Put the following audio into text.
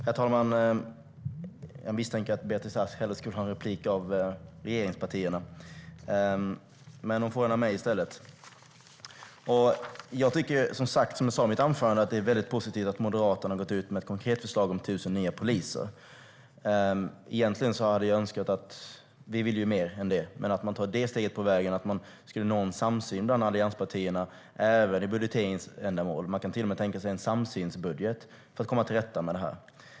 Herr talman! Jag misstänker att Beatrice Ask hellre skulle vilja få en replik av regeringspartierna. Men hon får en av mig i stället. Som jag sa i mitt anförande är det positivt att Moderaterna har gått ut med ett konkret förslag om 1 000 nya poliser. Vi vill ha mer än det. Men när Moderaterna tar det steget på vägen skulle vi kunna nå en samsyn mellan partierna, även i budgeteringsändamål. Man skulle till och med kunna tänka sig en samsynsbudget för att komma till rätta med det här.